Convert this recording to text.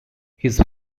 his